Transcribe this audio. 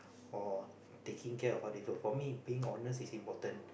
or taking care of other people for me being honest is important